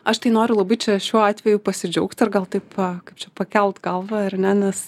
aš tai noriu labai čia šiuo atveju pasidžiaugti ir gal taip kaip čia pakelt galvą ar ne nes